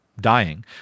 dying